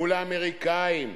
מול האמריקנים,